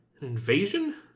invasion